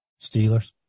Steelers